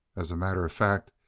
as a matter of fact,